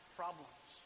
problems